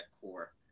core